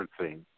referencing